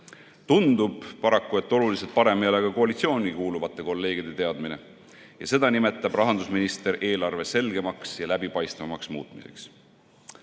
Tundub paraku, et oluliselt parem ei ole ka koalitsiooni kuuluvate kolleegide teadmine. Ja seda nimetab rahandusminister eelarve selgemaks ja läbipaistvamaks muutmiseks! Küll